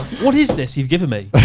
what is this you've given me?